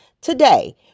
Today